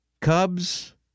cubs